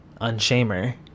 unshamer